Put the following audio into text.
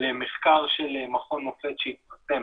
למחקר של מכון מופ"ת שהתפרסם